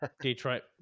Detroit